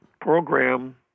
program